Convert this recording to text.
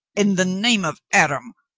in the name of adam,